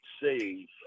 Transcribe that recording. see